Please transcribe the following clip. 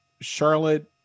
Charlotte